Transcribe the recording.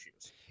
issues